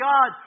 God